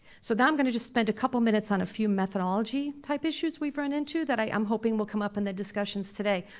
so now i'm gonna just spend a couple minutes on a few methodology type issues we've run into that i'm hoping will come up in the discussions today.